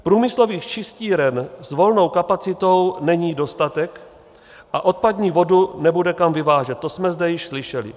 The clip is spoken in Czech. Průmyslových čistíren s volnou kapacitou není dostatek a odpadní vodu nebude kam vyvážet, to jsme zde již slyšeli.